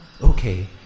okay